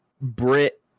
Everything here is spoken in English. Brit